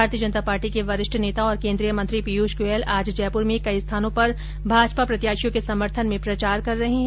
भारतीय जनता पार्टी के वरिष्ठ नेता और केन्द्रीय मंत्री पीयूष गोयल आज जयप्र में कई स्थानों पर भाजपा प्रत्याशियों के समर्थन में प्रचार कर रहे है